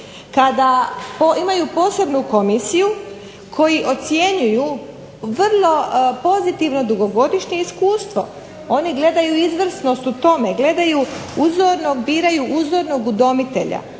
kada imaju posebnu komisiju koja ocjenjuje vrlo pozitivno dugogodišnje iskustvo. Oni gledaju izvrsnost u tome, gledaju uzornog, biraju uzornog udomitelja.